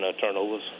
turnovers